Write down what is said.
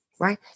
Right